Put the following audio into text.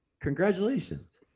Congratulations